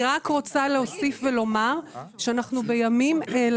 אבל יש לכם סיבות, אחת לפחות?